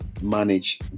manage